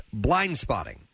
Blindspotting